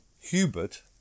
hubert